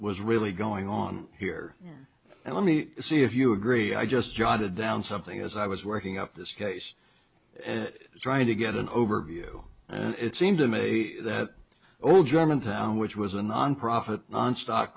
was really going on here and let me see if you agree i just jotted down something as i was working up this case to try to get an overview and it seemed to me that old germantown which was a nonprofit on stock